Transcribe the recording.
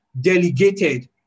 delegated